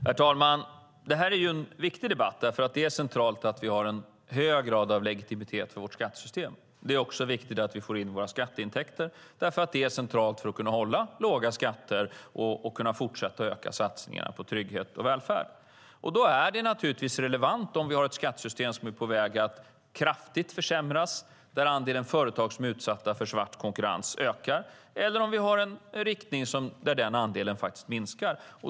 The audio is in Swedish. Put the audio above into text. Herr talman! Detta är en viktig debatt eftersom det är centralt att vi har en hög grad av legitimitet för vårt skattesystem. Det är också viktigt att vi får in våra skatteintäkter, därför att det är centralt för att kunna hålla låga skatter och kunna fortsätta att öka satsningarna på trygghet och välfärd. Då är det naturligtvis relevant om vi har ett skattesystem som är på väg att kraftigt försämras, där andelen företag som är utsatta för svart konkurrens ökar, eller om vi har en riktning där denna andel faktiskt minskar.